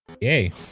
Yay